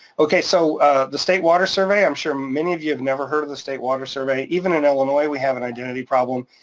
okay, so the state water survey, i'm sure many of you have never heard of the state water survey. even in illinois, we have an identity problem,